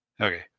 Okay